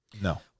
No